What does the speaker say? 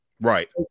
Right